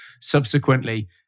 subsequently